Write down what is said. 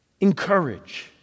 encourage